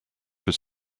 was